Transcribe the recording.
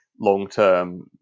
long-term